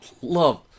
Love